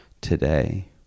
today